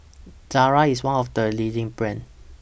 Ezerra IS one of The leading brands